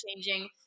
changing